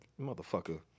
Motherfucker